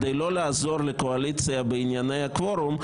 כדי לא לעזור לקואליציה בענייני הקוורום,